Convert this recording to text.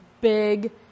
big